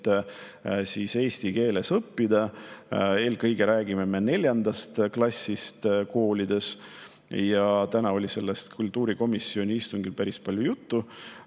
suuda eesti keeles õppida. Eelkõige räägime me neljandast klassist koolides. Täna oli sellest kultuurikomisjoni istungil päris palju juttu.